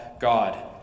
God